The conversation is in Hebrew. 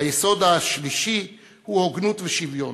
היסוד השלישי הוא הוגנות ושוויון.